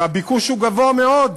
והביקוש הוא גבוה מאוד,